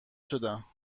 شدم